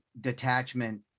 detachment